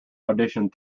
auditioned